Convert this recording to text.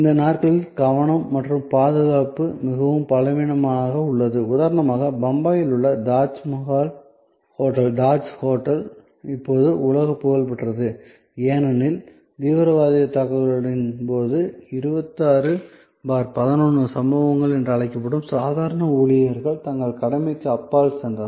இந்த நாட்களில் கவனம் மற்றும் பாதுகாப்பு மிகவும் பலவீனமாக உள்ளது உதாரணமாக பம்பாயில் உள்ள தாஜ்மஹால் ஹோட்டல் இப்போது உலகப் புகழ் பெற்றது ஏனெனில் தீவிரவாதத் தாக்குதலின் போது 2611 சம்பவங்கள் என்று அழைக்கப்படும் சாதாரண ஊழியர்கள் தங்கள் கடமைக்கு அப்பால் சென்றனர்